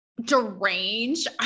deranged